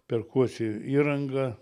perkuosi įrangą